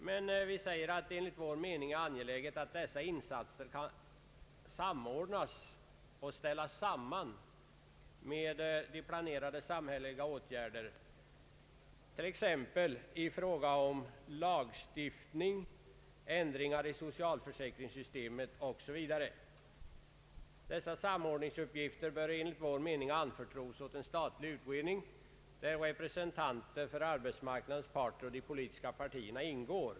Vi anför emellertid: ”Det är enligt vår mening angeläget att dessa insatser kan samordnas och ställas samman med planerade samhälleliga åtgärder i fråga om lagstiftning, ändringar i socialförsäkringssystemet osv. Denna samordningsuppgift bör enligt vår mening anförtros åt en statlig utredning, där representanter för arbetsmarknadens parter och de politiska partierna ingår.